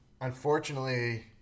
unfortunately